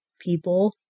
people